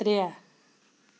ترٛےٚ